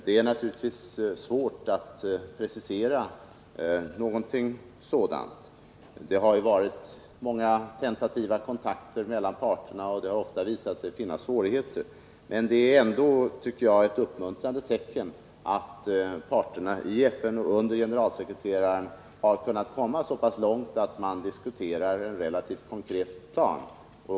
Det är naturligtvis svårt att precisera någonting sådant. Många tentativa kontakter har förekommit mellan parterna, och det har ofta visat sig finnas svårigheter. Ändå är det, tycker jag, ett uppmuntrande tecken att parterna i FN och under medverkan av generalsekreteraren har kunnat komma så pass långt att de diskuterar en relativt konkret plan.